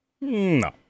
No